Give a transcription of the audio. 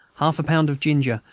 half a pound of ginger,